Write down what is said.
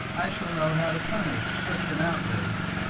i shall know how to punish such an outrage.